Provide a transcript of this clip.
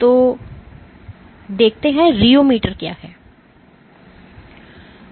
तो रियोमीटर क्या है